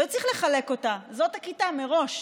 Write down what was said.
לא צריך לחלק אותה, זאת הכיתה מראש.